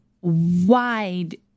wide